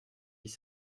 avec